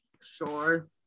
sure